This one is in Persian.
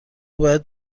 باید